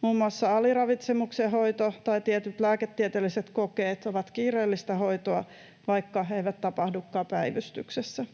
Muun muassa aliravitsemuksen hoito tai tietyt lääketieteelliset kokeet ovat kiireellistä hoitoa, vaikka eivät tapahdukaan päivystyksessä.